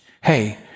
Hey